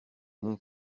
mon